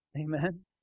Amen